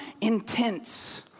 intense